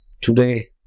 today